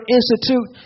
Institute